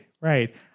Right